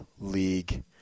league